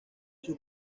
sus